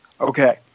Okay